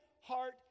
heart